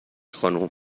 خانم